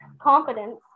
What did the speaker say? confidence